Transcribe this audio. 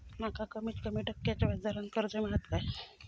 माका कमीत कमी टक्क्याच्या व्याज दरान कर्ज मेलात काय?